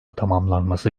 tamamlanması